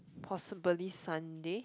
possibly Sunday